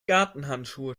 gartenhandschuhe